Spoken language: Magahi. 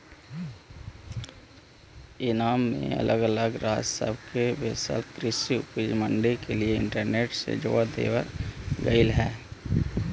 ईनाम में अलग अलग राज्य सब में बसल कृषि उपज मंडी के इंटरनेट से जोड़ देबल गेलई हे